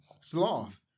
Sloth